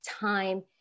time